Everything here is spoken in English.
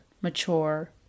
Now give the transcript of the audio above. mature